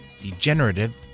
degenerative